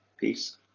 Peace